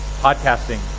podcasting